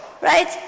Right